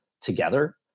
together